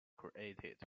created